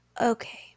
Okay